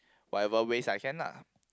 whatever ways I can lah